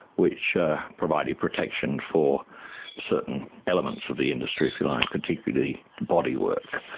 which provided protection for certain elements of the industry, if you like, particularly bodywork.